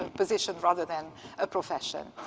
ah position rather than a profession.